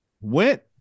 went